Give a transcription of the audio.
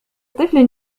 طفل